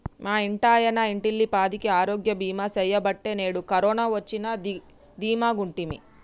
మా ఇంటాయన ఇంటిల్లపాదికి ఆరోగ్య బీమా సెయ్యబట్టే నేడు కరోన వచ్చినా దీమాగుంటిమి